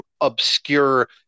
obscure